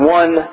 one